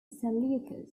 seleucus